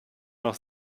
noch